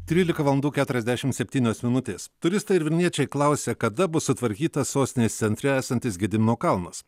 trylika valandų keturiasdešimt septynios minutės turistai ir vilniečiai klausia kada bus sutvarkytas sostinės centre esantis gedimino kalnas